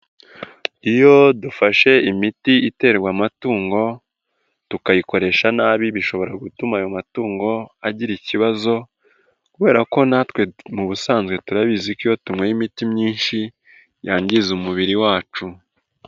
Iyo dufashe imiti iterwa amatungo tukayikoresha nabi bishobora gutuma ayo matungo agira ikibazo, kubera ko natwe mubusanzwe turabizi ko iyo tunyweye imiti myinshi yangiza umubiri wacu.